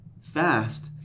fast